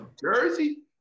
Jersey